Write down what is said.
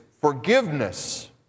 forgiveness